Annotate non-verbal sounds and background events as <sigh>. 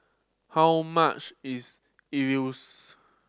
how much is Idili <unintelligible>